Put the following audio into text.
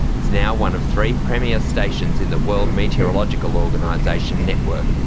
it's now one of three premier stations in the world meteorological organisation network,